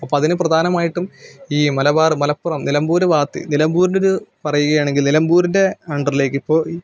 അപ്പോൾ അതിന് പ്രധാനമായിട്ടും ഈ മലബാര് മലപ്പുറം നിലമ്പൂർ ഭാഗത്ത് നിലമ്പൂരിന്റെ ഒരു പറയുകയാണെങ്കില് നിലമ്പൂരിന്റെ അണ്ടറിലേക്ക് ഇപ്പോൾ ഈ